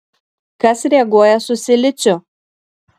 kas reaguoja su siliciu